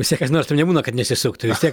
vis tiek kas nors taip nebūna kad nesisuktų vis tiek